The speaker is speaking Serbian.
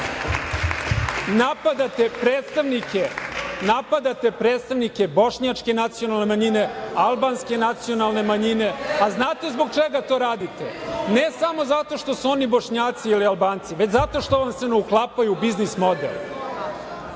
Brnabić. Napadate predstavnike bošnjačke nacionalne manjine, albanske nacionalne manjine. Znate zbog čega to radite? Ne samo zato što su oni Bošnjaci ili Albanci, već zato što vam se ne uklapaju u biznis model. Vrlo